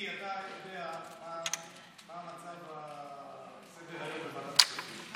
אתה יודע מה מצב סדר-היום בוועדת הכספים.